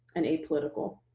and apolitical.